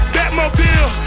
Batmobile